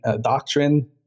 doctrine